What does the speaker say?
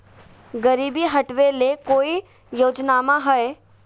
गरीबी हटबे ले कोई योजनामा हय?